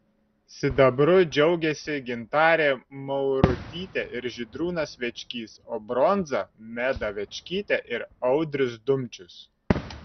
sidabru džiaugėsi gintarė maurutytė ir žydrūnas večkys o bronza meda večkytė ir audrius dumčius